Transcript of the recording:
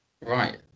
Right